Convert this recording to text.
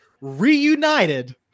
reunited